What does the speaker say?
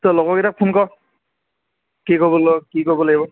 তই লগৰকেইটাক ফোন কৰ কি কৰিব লয় কি কৰিব লাগিব